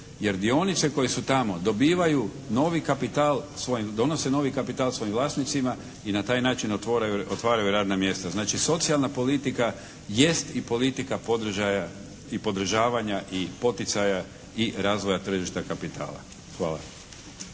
novi kapital, donose novi kapital svojim vlasnicima i na taj način otvaraju radna mjesta. Znači, socijalna politika jest i politika podržavanja i poticaja i razvoja tržišta kapitala. Hvala.